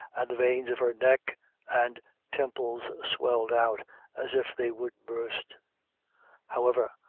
and the veins of her neck and temples swelled out as if they would burst however,